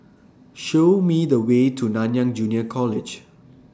Show Me The Way to Nanyang Junior College